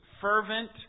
fervent